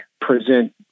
present